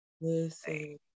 Listen